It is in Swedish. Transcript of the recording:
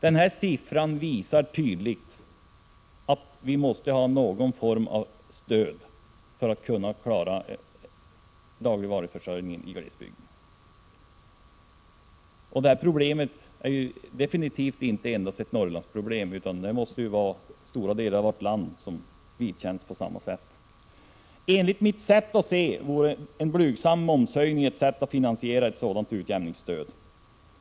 Denna siffra visar tydligt att vi måste ha någon form av stöd för att kunna klara dagligvaruförsörjningen i glesbygden. Detta problem är absolut inte enbart ett Norrlandsproblem, utan detta problem måste finnas i stora delar av vårt land. Enligt mitt sätt att se vore en blygsam momshöjning ett sätt att finansiera ett sådant utjämningsstöd.